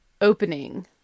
opening